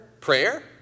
Prayer